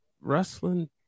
wrestling